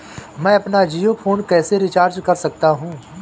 मैं अपना जियो फोन कैसे रिचार्ज कर सकता हूँ?